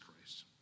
Christ